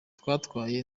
twatwaye